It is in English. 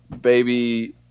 baby